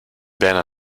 bijna